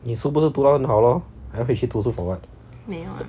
你书不是读到很好 lor 还回去读书 for what